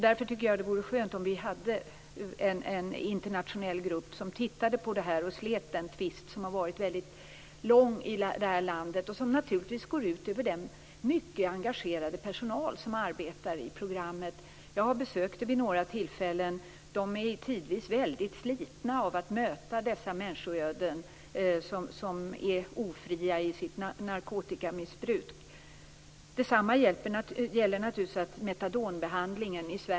Därför tycker jag att det vore skönt om vi hade en internationell grupp som tittade på detta och slet den tvist som har varit väldigt lång i detta land, och som naturligtvis går ut över den mycket engagerade personal som arbetar i programmet. Jag har besökt programmet vi några tillfällen. De blir tidvis väldigt slitna av att möta dessa människoöden - människor som är ofria i sitt narkotikamissbruk. Detsamma gäller naturligtvis metadonbehandlingen.